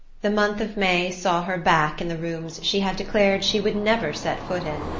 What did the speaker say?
the month of may saw her back in the rooms she had declared she would never set foot in,